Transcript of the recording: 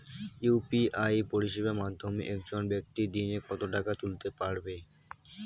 UPI পরিষেবার মাধ্যমে একজন ব্যাক্তি দিনে কত টাকা তুলতে পারবে?